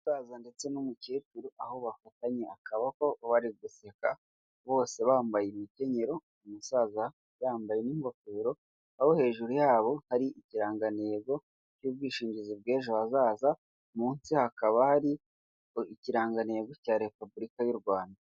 umusaza ndetse n'umukecuru aho bafatanye akaboko bari guseka bose bambaye imikenyero, umusaza yambaye n'ingofero aho hejuru yabo hari ikirangantego cy'ubwishingizi bw'ejo hazaza munsi hakaba hari ikirangantego cya repubulika y'u Rwanda.